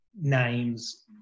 names